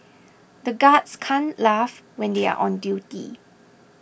the guards can't laugh when they are on duty